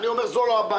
אני אומר, זאת לא הבעיה.